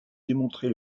démontrer